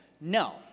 No